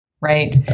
Right